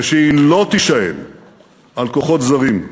ושהיא לא תישען על כוחות זרים.